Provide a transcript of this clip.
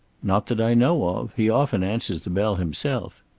not that i know of. he often answers the bell himself.